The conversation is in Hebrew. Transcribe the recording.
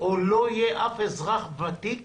אזרחים ותיקים או לא יהיה אף אזרח ותיק